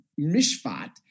mishpat